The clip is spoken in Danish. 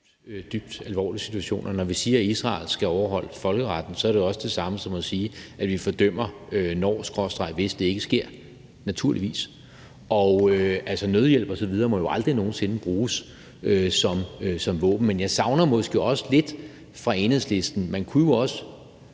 når vi siger, at Israel skal overholde folkeretten, er det jo også det samme som at sige, at vi fordømmer, når/hvis det ikke sker, naturligvis. Altså, nødhjælp osv. må jo aldrig nogen sinde bruges som våben. Men jeg savner måske også lidt andet fra Enhedslisten. Man kunne jo